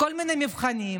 כל מיני מבחנים,